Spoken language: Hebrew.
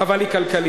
אבל היא חברתית.